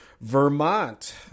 Vermont